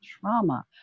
trauma